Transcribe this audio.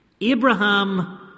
Abraham